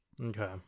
Okay